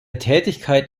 tätigkeit